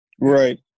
Right